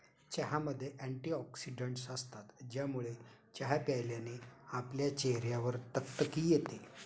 चहामध्ये अँटीऑक्सिडन्टस असतात, ज्यामुळे चहा प्यायल्याने आपल्या चेहऱ्यावर तकतकी येते